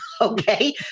okay